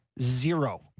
Zero